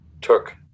took